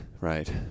right